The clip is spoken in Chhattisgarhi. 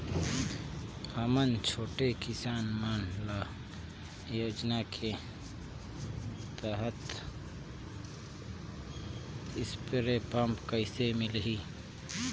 हमन छोटे किसान मन ल योजना के तहत स्प्रे पम्प कइसे मिलही?